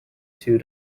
two